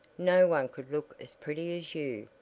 no one could look as pretty as you,